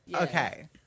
Okay